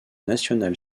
nationale